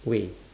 way